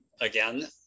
again